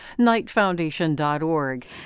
Knightfoundation.org